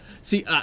see